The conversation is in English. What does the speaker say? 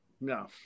no